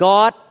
God